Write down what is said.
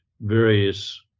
various